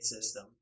system